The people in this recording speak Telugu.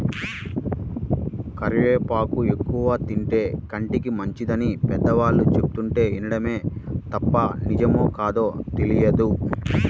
కరివేపాకు ఎక్కువగా తింటే కంటికి మంచిదని పెద్దవాళ్ళు చెబుతుంటే వినడమే తప్ప నిజమో కాదో తెలియదు